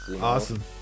Awesome